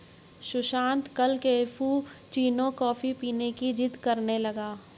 सुशांत कल cappuccino coffee पीने की जिद्द करने लगा